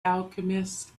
alchemist